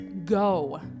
go